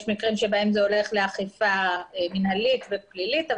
מקרים בהם זה הולך לאכיפה מינהלית ופלילית,